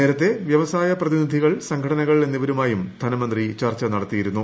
നേരത്തെ വൃവസായ പ്രതിനിധികൾ സംഘടനകൾ എന്നിവരുമായും ധനമന്ത്രി ചർച്ച നടത്തിയിരുന്നു